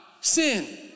sin